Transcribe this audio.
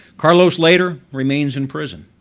carlos later remains in prison.